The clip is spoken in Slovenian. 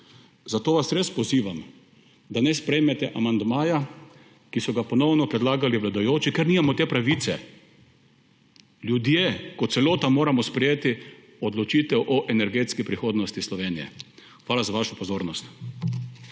Zato vas res pozivam, da ne sprejmete amandmaja, ki so ga ponovno predlagali vladajoči, ker nimamo te pravice. Ljudje kot celota moramo sprejeti odločitev o energetski prihodnosti Slovenije. Hvala za vašo pozornost.